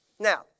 Now